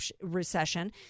recession